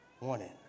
wanted